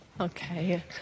Okay